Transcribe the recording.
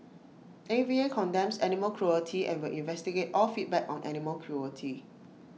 A V A condemns animal cruelty and will investigate all feedback on animal cruelty